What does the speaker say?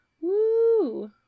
Woo